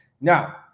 Now